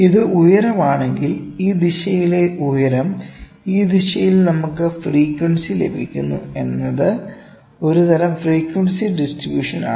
ഇത് ഉയരം ആണെങ്കിൽ ഈ ദിശയിലെ ഉയരം ഈ ദിശയിൽ നമുക്ക് ഫ്രിക്യൻസി ലഭിക്കുന്നു എന്നത് ഒരു തരം ഫ്രിക്യൻസി ഡിസ്ട്രിബൂഷൻ ആണ്